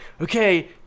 okay